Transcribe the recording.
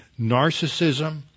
narcissism